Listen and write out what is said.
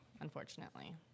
Unfortunately